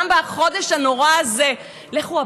נגמר.